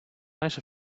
nice